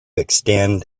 extend